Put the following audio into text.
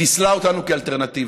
חיסלה אותנו כאלטרנטיבה.